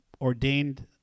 ordained